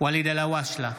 ואליד אלהואשלה,